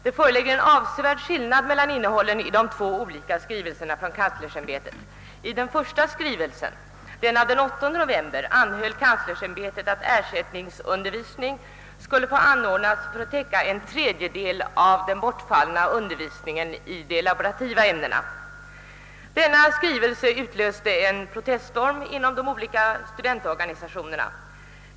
Det föreligger en avsevärd skillnad beträffande innehållet i de två olika skrivelserna från kanslersämbetet. I den första skrivelsen, den av den 8 november, anhöll kanslersämbetet, att ersättningsundervisning skulle få anordnas för att täcka en tredjedel av den bortfallna undervisningen i de laborativa ämnena. Denna skrivelse utlöste en proteststorm inom de olika studentorganisationerna.